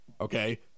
okay